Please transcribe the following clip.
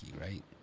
right